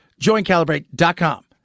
Joincalibrate.com